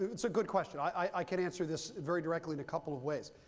it's a good question. i can answer this very directly in a couple of ways.